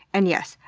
and yes,